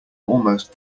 almost